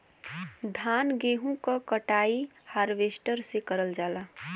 धान गेहूं क कटाई हारवेस्टर से करल जाला